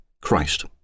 Christ